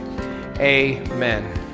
amen